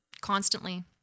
constantly